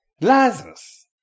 Lazarus